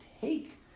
take